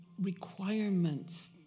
Requirements